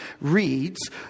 reads